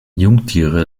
jungtiere